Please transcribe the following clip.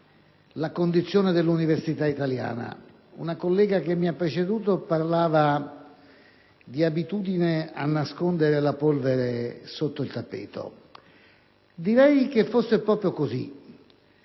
la condizione dell'università italiana. Una collega che mi ha preceduto parlava di abitudine a nascondere la polvere sotto il tappeto. Direi che forse, sia